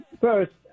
first